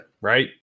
Right